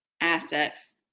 assets